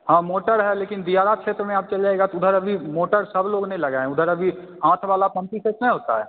हाँ मोटर है लेकिन दियारा क्षेत्र में आप चल जाइएगा तो उधर अभी मोटर सब लोग नहीं लगाए हैं उधर अभी हाथ वाला पंपिंग सेट नहीं होता है